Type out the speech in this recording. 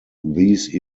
these